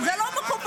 זה לא מקובל.